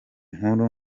nkuru